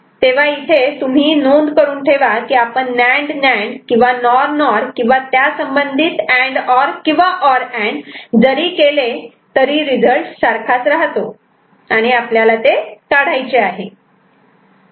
तेव्हा इथे तुम्ही नोंद करून ठेवा की आपण नांड नांड किंवा नॉर नॉर किंवा त्यासंबंधित अँड और किंवा और अँड जरी केले तरी रिझल्ट सारखाच राहतो आणि तेच आपल्याला काढून टाकायचे आहे